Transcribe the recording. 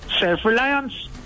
self-reliance